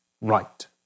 right